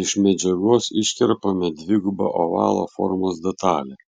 iš medžiagos iškerpame dvigubą ovalo formos detalę